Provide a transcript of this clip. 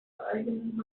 eigenen